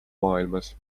maailmas